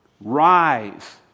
Rise